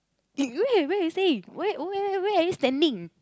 eh look at where you staying where where are you standing